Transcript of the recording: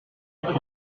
fut